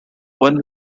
one